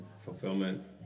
fulfillment